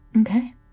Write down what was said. Okay